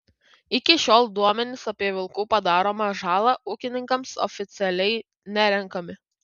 iki šiol duomenys apie vilkų padaromą žalą ūkininkams oficialiai nerenkami